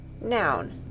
Noun